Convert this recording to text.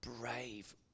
brave